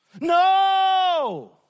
No